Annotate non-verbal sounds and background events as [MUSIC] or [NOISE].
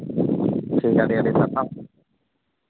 ᱛᱤᱦᱤᱧ ᱫᱚ ᱟᱹᱰᱤ ᱟᱹᱰᱤ [UNINTELLIGIBLE]